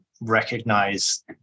recognize